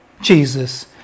Jesus